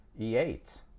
E8